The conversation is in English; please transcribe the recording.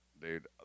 dude